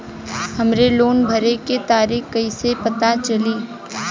हमरे लोन भरे के तारीख कईसे पता चली?